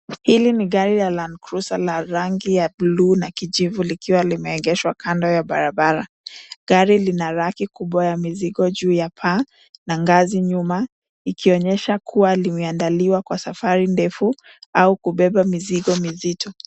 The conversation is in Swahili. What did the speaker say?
Hili ni gari ya Land Cruiser la rangi ya bluu na kijivu, likiwa limeegeshwa kando ya barabara. Gari lina raki kubwa ya mizigo juu ya paa, na ngazi nyuma, ikionyesha kuwa limeandaliwa kwa safari ndefu, au kubeba mizigo mizito.